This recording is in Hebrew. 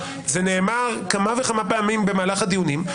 זה נאמר כמה וכמה פעמים במהלך הדיונים.